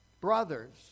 brothers